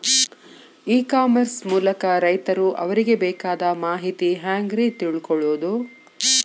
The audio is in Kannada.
ಇ ಕಾಮರ್ಸ್ ಮೂಲಕ ರೈತರು ಅವರಿಗೆ ಬೇಕಾದ ಮಾಹಿತಿ ಹ್ಯಾಂಗ ರೇ ತಿಳ್ಕೊಳೋದು?